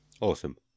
Awesome